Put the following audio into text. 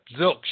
zilch